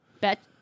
Bet